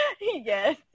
yes